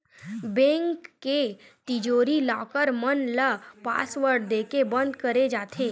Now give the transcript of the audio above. bank के तिजोरी, locker मन ल पासवर्ड देके बंद करे जाथे